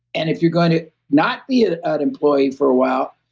and if you're going to not be an employee for a while,